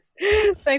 Thanks